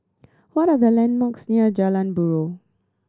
what are the landmarks near Jalan Buroh